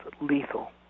lethal